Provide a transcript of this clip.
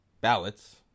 ballots